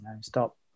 Stop